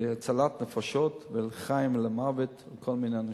הצלת נפשות, על חיים ומוות, לכל מיני אנשים.